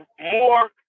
more